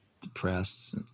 depressed